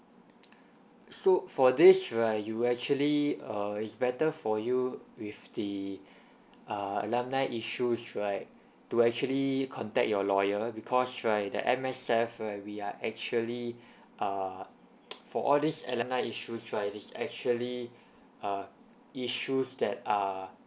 so for this right you actually err it's better for you with the uh alimony issues right to actually contact your lawyer because right the M_S_F right we are actually err for all these alimony issues right it's actually uh issues that are